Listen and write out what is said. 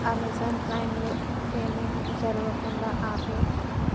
Amazon ప్రైమ్లో payment జరగకుండా ఆపేయి